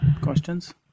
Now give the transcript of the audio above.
Questions